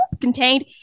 contained